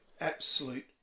absolute